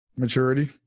maturity